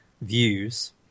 views